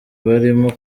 barimo